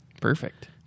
Perfect